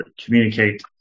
communicate